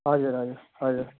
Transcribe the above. हजुर हजुर हजुर